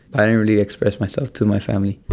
i don't really express myself to my family